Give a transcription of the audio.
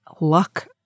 luck